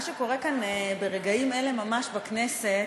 מה שקורה כאן ברגעים אלה ממש בכנסת